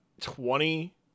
twenty